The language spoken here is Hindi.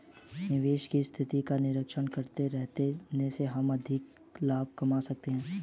निवेश की स्थिति का निरीक्षण करते रहने से हम अधिक लाभ कमा सकते हैं